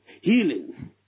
healing